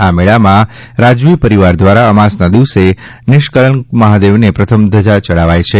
આ મેળામાં રાજવી પરિવાર દ્વારા અમાસના દિવસે નિષ્કલંક મહાદેવને પ્રથમ ધ્વજા ચડાવાય છે